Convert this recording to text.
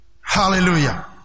Hallelujah